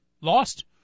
lost